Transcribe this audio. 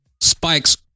spikes